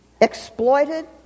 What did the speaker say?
exploited